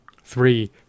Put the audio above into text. three